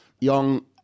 Young